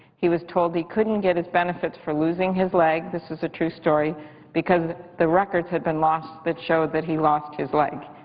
he was told he couldn't get his benefits for losing his leg this is a true story because the records had been lost that showed that he lost his leg.